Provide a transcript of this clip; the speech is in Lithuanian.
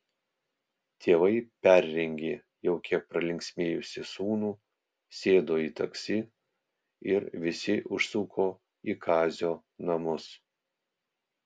tėvai perrengė jau kiek pralinksmėjusį sūnų sėdo į taksi ir visi užsuko į kazio namus